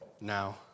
now